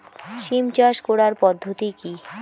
সিম চাষ করার পদ্ধতি কী?